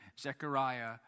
Zechariah